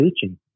teaching